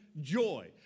joy